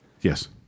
Yes